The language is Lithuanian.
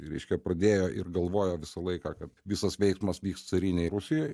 reiškia pradėjo ir galvojo visą laiką kad visas veiksmas vyks carinėj rusijoj